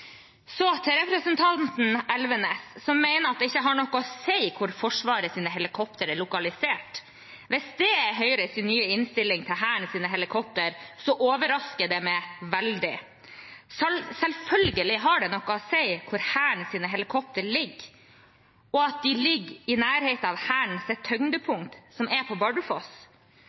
Så til representanten Elvenes, som mener at det ikke har noe å si hvor Forsvarets helikopter er lokalisert. Hvis det er Høyres nye innstilling til Hærens helikopter, overrasker det meg veldig. Selvfølgelig har det noe å si hvor Hærens helikopter ligger, og at de ligger i nærheten av Hærens tyngdepunkt, som er på Bardufoss.